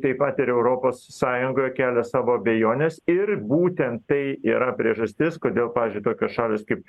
taip pat ir europos sąjungoje kelia savo abejones ir būtent tai yra priežastis kodėl pavyzdžiui tokios šalys kaip